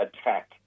attack